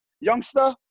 youngster